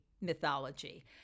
mythology